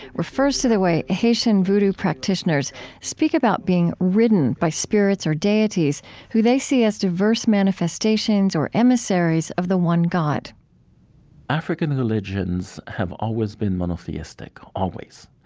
refers to the way haitian vodou practitioners speak about being ridden by spirits or deities who they see as diverse manifestations or emissaries of the one god african religions have always been monotheistic, always.